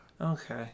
Okay